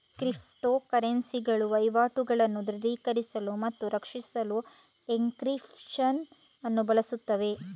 crypto ಕರೆನ್ಸಿಗಳು ವಹಿವಾಟುಗಳನ್ನು ದೃಢೀಕರಿಸಲು ಮತ್ತು ರಕ್ಷಿಸಲು ಎನ್ಕ್ರಿಪ್ಶನ್ ಅನ್ನು ಬಳಸುತ್ತವೆ